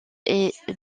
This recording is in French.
est